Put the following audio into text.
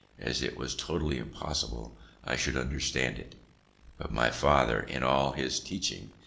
as it was totally impossible i should understand it. but my father, in all his teaching,